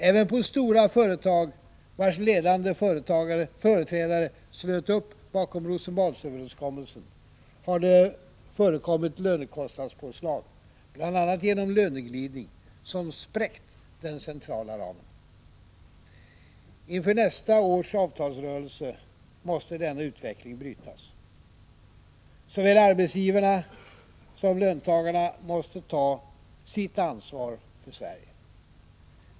Även på stora företag, vars ledande företrädare slöt upp bakom Rosenbads överenskommelsen, har det förekommit lönekostnadspåslag — bl.a. genom löneglidning — som spräckt den centrala ramen. Inför nästa års avtalsrörelse måste denna utveckling brytas. Såväl arbetsgivarna som löntagarna måste ta sitt ansvar för Sverige.